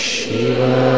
Shiva